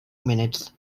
minutes